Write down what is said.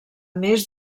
més